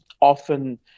often